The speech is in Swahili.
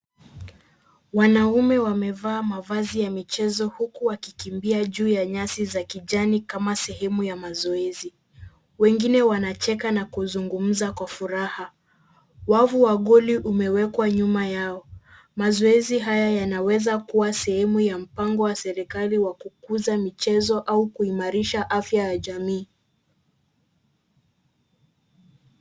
Wanaume wamevaa mavazi ya michezo huku wakikimbia juu ya nyasi za kijani kama sehemu ya mazoezi. Wengine wanacheka na kuzungumza kwa furaha, wavu wa goli umewekwa nyuma yao, mazoezi haya yanaweza kuwa sehemu ya mpango wa serikali wa kukuza michezo au kuimarisha afya ya jamii.